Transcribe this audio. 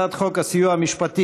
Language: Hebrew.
הצעת חוק הסיוע המשפטי